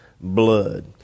blood